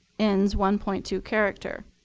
ends one point two character.